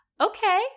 okay